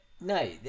No